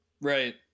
Right